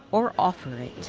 or offer it